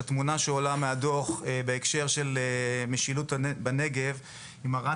התמונה שעולה מהדוח בהקשר של משילות בנגב מראה